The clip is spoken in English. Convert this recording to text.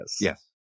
Yes